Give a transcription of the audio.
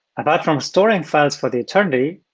apart from storing files for the eternity,